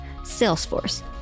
Salesforce